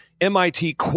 MIT